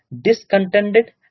discontented